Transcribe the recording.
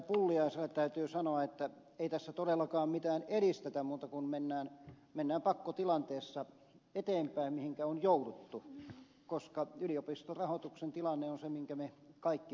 pulliaiselle täytyy sanoa että ei tässä todellakaan mitään edistetä muuta kuin mennään eteenpäin pakkotilanteessa mihinkä on jouduttu koska yliopistorahoituksen tilanne on se minkä me kaikki tunnemme